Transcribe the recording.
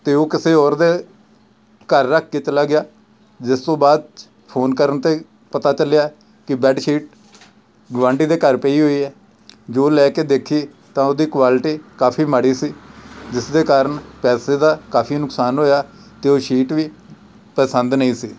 ਅਤੇ ਉਹ ਕਿਸੇ ਹੋਰ ਦੇ ਘਰ ਰੱਖ ਕੇ ਚਲਾ ਗਿਆ ਜਿਸ ਤੋਂ ਬਾਅਦ 'ਚ ਫੋਨ ਕਰਨ 'ਤੇ ਪਤਾ ਚੱਲਿਆ ਕਿ ਬੈਡਸ਼ੀਟ ਗੁਆਂਢੀ ਦੇ ਘਰ ਪਈ ਹੋਈ ਹੈ ਜੋ ਲੈ ਕੇ ਦੇਖੀ ਤਾਂ ਉਹਦੀ ਕੁਆਲਿਟੀ ਕਾਫ਼ੀ ਮਾੜੀ ਸੀ ਜਿਸ ਦੇ ਕਾਰਨ ਪੈਸੇ ਦਾ ਕਾਫ਼ੀ ਨੁਕਸਾਨ ਹੋਇਆ ਅਤੇ ਉਹ ਸ਼ੀਟ ਵੀ ਪਸੰਦ ਨਹੀਂ ਸੀ